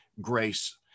grace